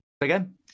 again